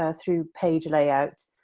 ah through page layouts,